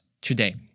today